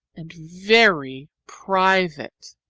and very private.